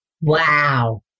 Wow